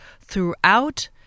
throughout